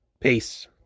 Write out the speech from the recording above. Peace